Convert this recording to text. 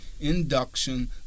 induction